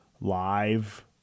live